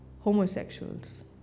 homosexuals